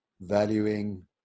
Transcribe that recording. valuing